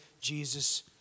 Jesus